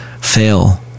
fail